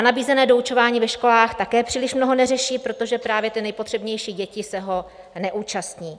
Nabízené doučování ve školách také příliš mnoho neřeší, protože právě ty nejpotřebnější děti se ho neúčastní.